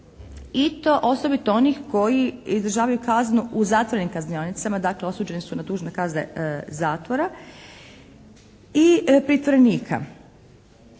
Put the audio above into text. i to osobito onih koji izvršavaju kaznu u zatvorenim kaznionicama, dakle osuđeni su na duže kazne zatvora i pritvorenika.